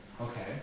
okay